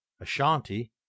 Ashanti